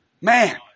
Man